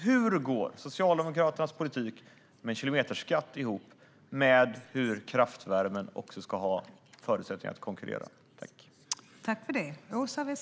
Hur går Socialdemokraternas politik om en kilometerskatt ihop med att kraftvärmen också ska ha förutsättningar att konkurrera, Åsa Westlund?